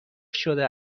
شده